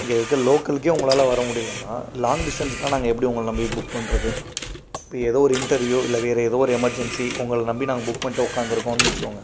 இங்கே இருக்கற லோக்கல்கே உங்களால் வர முடியலன்னா லாங் டிஸ்டன்ஸ்கெலாம் நாங்கள் எப்படி உங்களை நம்பி புக் பண்ணுறது இப்போ ஏதோ ஒரு இன்டர்வியூ இல்லை வேறு ஏதோ ஒரு எமர்ஜன்சி உங்களை நம்பி நாங்கள் புக் பண்ணிவிட்டு உட்காந்துருக்கோம்னு வச்சுக்கோங்க